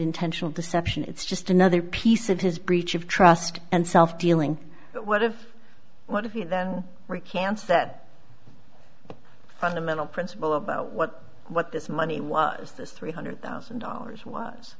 intentional deception it's just another piece of his breach of trust and self dealing what if what if you then recants that fundamental principle about what what this money was this three hundred thousand dollars